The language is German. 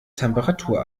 temperatur